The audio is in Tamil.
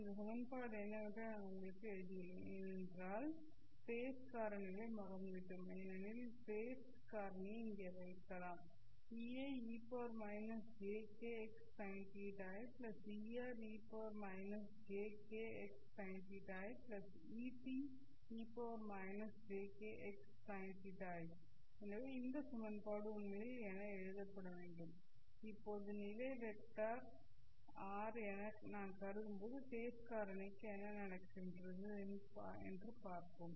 இந்த சமன்பாடு என்னவென்று நான் உங்களுக்கு எழுதியுள்ளேன் ஏனென்றால் ஃபேஸ் காரணிகளை மறந்துவிட்டோம் ஏனெனில் ஃபேஸ் காரணியை இங்கே வைக்கலாம் எனவே இந்த சமன்பாடு உண்மையில் என எழுதப்பட வேண்டும் இப்போது நிலை வெக்டர் r' என நான் கருதும் போது ஃபேஸ் காரணிக்கு என்ன நடக்கிறது என்று பார்ப்போம்